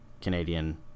Canadian